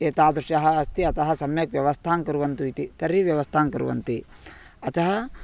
एतादृशः अस्ति अतः सम्यक् व्यवस्थां कुर्वन्तु इति तर्हि व्यवस्थां कुर्वन्ति अतः